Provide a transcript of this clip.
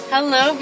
Hello